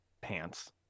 pants